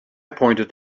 pointed